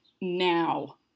now